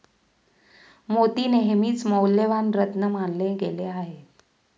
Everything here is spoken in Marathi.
मोती नेहमीच मौल्यवान रत्न मानले गेले आहेत